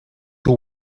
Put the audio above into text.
two